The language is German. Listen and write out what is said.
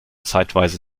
zeitweise